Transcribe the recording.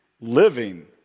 living